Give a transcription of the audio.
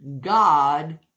God